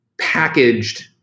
packaged